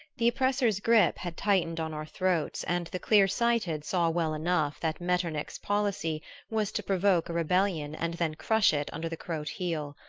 the oppressor's grip had tightened on our throats and the clear-sighted saw well enough that metternich's policy was to provoke a rebellion and then crush it under the croat heel.